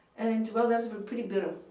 and and well, those were pretty bitter.